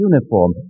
uniform